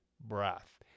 breath